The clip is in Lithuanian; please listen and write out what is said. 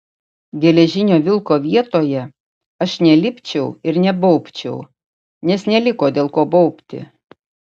geležinio vilko vietoje aš nelipčiau ir nebaubčiau nes neliko dėl ko baubti